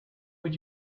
what